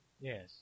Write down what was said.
Yes